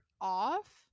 off